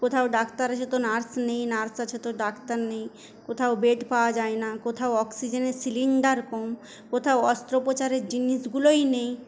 কোথাও ডাক্তার আছে তো নার্স নেই নার্স আছে তো ডাক্তার নেই কোথাও বেড পাওয়া যায় না কোথাও অক্সিজেনের সিলিন্ডার কম কোথাও অস্ত্রপ্রচারের জিনিসগুলোই নেই